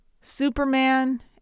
superman